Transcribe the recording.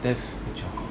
yes